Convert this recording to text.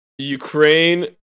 Ukraine